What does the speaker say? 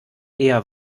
eher